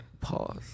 Pause